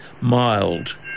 mild